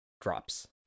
drops